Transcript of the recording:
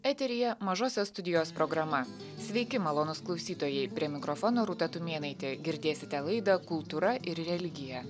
eteryje mažosios studijos programa sveiki malonūs klausytojai prie mikrofono rūta tumėnaitė girdėsite laidą kultūra ir religija